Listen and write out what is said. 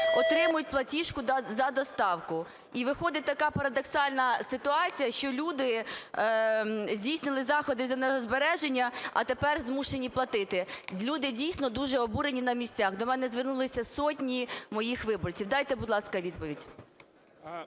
отримують платіжку за доставку. І виходить така парадоксальна ситуація, що люди здійснювали заходи з енергозбереження, а тепер змушені платити. Люди, дійсно, дуже обурені на місцях. До мене звернулися сотні моїх виборців. Дайте, будь ласка, відповідь.